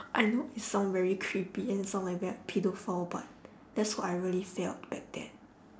I know it sound very creepy and sound like very pedophile but that's what I really felt back then